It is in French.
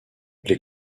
les